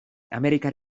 amerikar